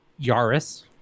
Yaris